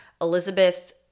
Elizabeth